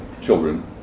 children